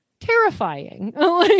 terrifying